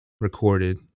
recorded